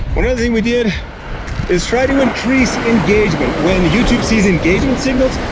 one thing we did is try to increase engagement. when youtube sees engagement signals,